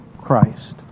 Christ